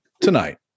tonight